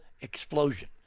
Explosion